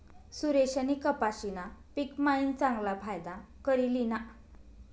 सुरेशनी कपाशीना पिक मायीन चांगला फायदा करी ल्हिना